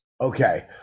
okay